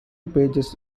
pages